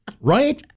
Right